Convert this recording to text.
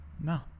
No